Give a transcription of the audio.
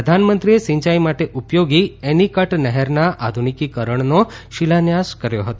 પ્રધાનમંત્રીએ સિંચાઇ માટે ઉપયોગી એનીકેટ નહેરના આધુનિકીકરણનો શિલાન્યાસ કર્યો હતો